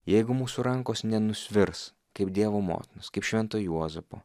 jeigu mūsų rankos nenusvirs kaip dievo motinos kaip švento juozapo